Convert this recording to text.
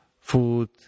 food